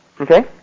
Okay